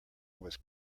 was